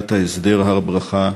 בישיבת ההסדר הר-ברכה,